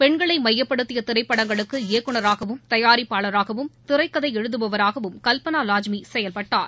பெண்களை மையப்படுத்திய திரைப்படங்களுக்கு இயக்குநராகவும் தயாரிப்பாளராகவும் திரைக்கதை எழுதுபவராகவும் கல்பனா லாஜ்மி செயல்பட்டார்